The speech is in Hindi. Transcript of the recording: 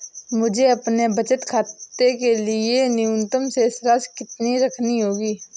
मुझे अपने बचत खाते के लिए न्यूनतम शेष राशि कितनी रखनी होगी?